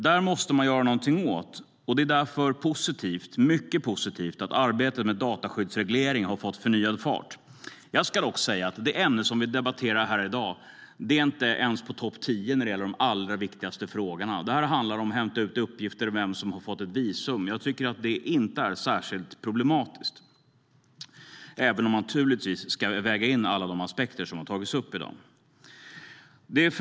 Det måste man göra något åt. Det är därför mycket positivt att arbetet med dataskyddsreglering har fått förnyad fart. Det ämne som vi debatterar här i dag är dock inte ens på topp tio när det gäller de allra viktigaste frågorna. Det här handlar om att hämta ut uppgifter om vem som har fått ett visum. Jag tycker inte att det är särskilt problematiskt, även om man naturligtvis ska väga in alla aspekter som har tagits upp i dag.